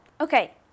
Okay